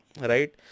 right